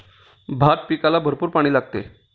भात पिकाला भरपूर पाणी लागते